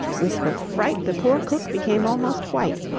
with the fright the poor cook became almost white,